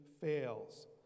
fails